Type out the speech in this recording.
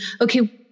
okay